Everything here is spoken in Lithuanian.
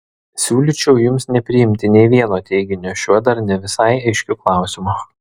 siūlyčiau jums nepriimti nė vieno teiginio šiuo dar ne visai aiškiu klausimu